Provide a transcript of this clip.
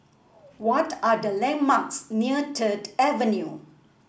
what are the landmarks near Third Avenue